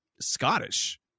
Scottish